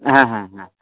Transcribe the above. হ্যাঁ হ্যাঁ হ্যাঁ